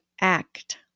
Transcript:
act